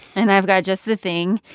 and i've got just the thing.